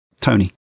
Tony